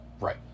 Right